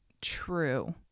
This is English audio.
True